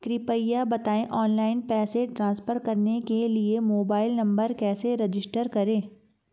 कृपया बताएं ऑनलाइन पैसे ट्रांसफर करने के लिए मोबाइल नंबर कैसे रजिस्टर करें?